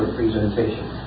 presentation